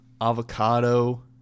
avocado